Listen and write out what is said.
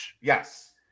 Yes